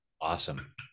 Awesome